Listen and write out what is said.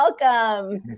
Welcome